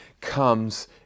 comes